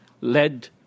led